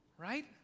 right